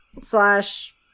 slash